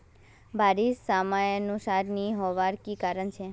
बारिश समयानुसार नी होबार की कारण छे?